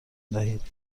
دهید